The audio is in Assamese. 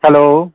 হেল্ল'